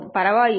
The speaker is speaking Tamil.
பரவாயில்லை